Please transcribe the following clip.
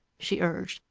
she urged.